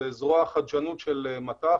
זרוע החדשנות של מט"ח,